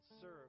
serve